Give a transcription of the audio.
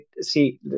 see